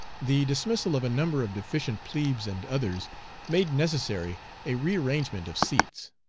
the dismissal of a number of deficient plebes and others made necessary a rearrangement of seats.